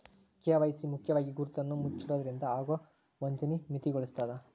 KYC ಮುಖ್ಯವಾಗಿ ಗುರುತನ್ನ ಮುಚ್ಚಿಡೊದ್ರಿಂದ ಆಗೊ ವಂಚನಿ ಮಿತಿಗೊಳಿಸ್ತದ